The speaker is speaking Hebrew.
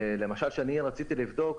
למשל כשרציתי לבדוק,